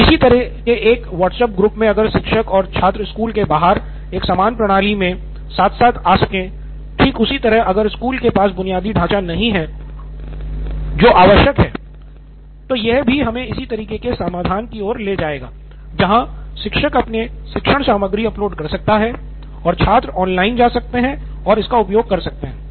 तो इसी तरह के एक व्हाट्सएप ग्रुप मे अगर शिक्षक और छात्र स्कूल के बाहर एक समान प्रणाली मे साथ साथ आ सकें ठीक उसी तरह अगर स्कूल के पास बुनियादी ढाँचा नहीं है जो आवश्यक है तो यह भी हमें इसी तरह के समाधान की ओर ले जाएगा जहां शिक्षक अपनी शिक्षण सामग्री अपलोड कर सकता है और छात्र ऑनलाइन जा सकते हैं और इसका उपयोग कर सकते हैं